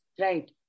right